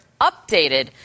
updated